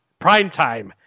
primetime